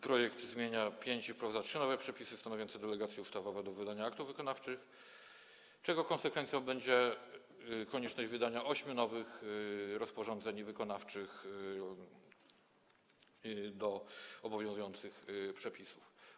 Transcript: Projekt zmienia też pięć i wprowadza trzy nowe przepisy - są to przepisy stanowiące delegacje ustawowe do wydania aktów wykonawczych, czego konsekwencją będzie konieczność wydania ośmiu nowych rozporządzeń wykonawczych do obowiązujących przepisów.